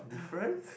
difference